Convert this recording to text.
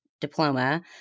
diploma